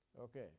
Okay